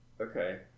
Okay